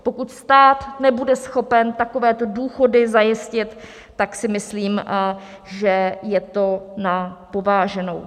Pokud stát nebude schopen takovéto důchody zajistit, tak si myslím, že je to na pováženou.